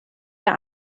der